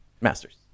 Masters